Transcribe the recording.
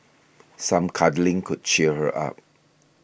some cuddling could cheer her up